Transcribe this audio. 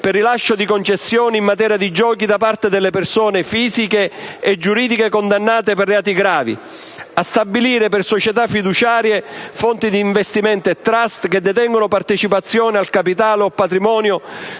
per il rilascio di concessioni in materia di giochi da parte delle persone fisiche e giuridiche condannate per reati gravi; a stabilire per società fiduciarie, fondi di investimento e *trust* che detengono partecipazioni al capitale o al patrimonio